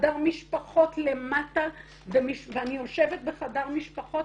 חדר משפחות למטה ואני יושבת בחדר משפחות